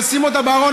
ישים אותה בארון,